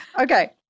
Okay